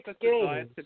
games